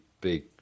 big